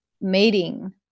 mating